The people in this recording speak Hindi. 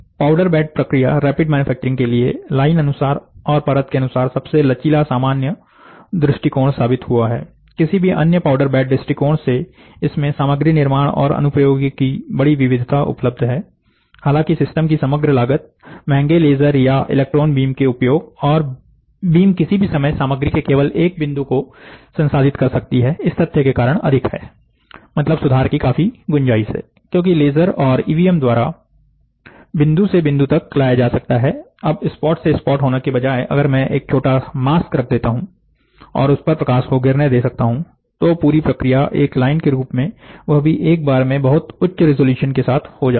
पाउडर बेड प्रक्रिया रैपिड मैन्युफैक्चरिंग के लिए लाइन अनुसार और परत के अनुसार सबसे लचीला सामान्य दृष्टिकोण साबित हुआ है किसी भी अन्य पाउडर बेड दृष्टिकोण से इसमें सामग्री निर्माण और अनुप्रयोगों की बड़ी विविधता उपलब्ध है हालांकि सिस्टम की समग्र लागत महंगे लेज़र या इलेक्ट्रॉन बीम के उपयोग और बीम किसी भी समय सामग्री के केवल एक बिंदु को संसाधित कर सकती है इस तथ्य के कारण अधिक है मतलब सुधार की काफी गुंजाइश है क्योंकि लेजर और ईवीएम द्वारा बिंदु से बिंदु तक जाया जा सकता है अब स्पॉट से स्पॉट होने के बजाय अगर मैं एक छोटा मास्क रख सकता हूं और उस पर प्रकाश को गिरने दे सकता हूं तो पूरी प्रक्रिया एक लाइन के रूप में वह भी एक बार में बहुत उच्च रेजोल्यूशन के साथ हो जाती है